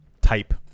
type